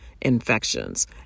infections